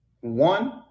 one